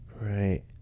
Right